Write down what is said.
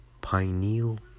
Pineal